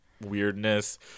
Weirdness